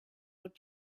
would